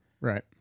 Right